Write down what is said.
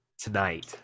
tonight